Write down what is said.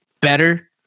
better